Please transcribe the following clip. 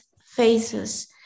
faces